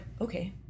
okay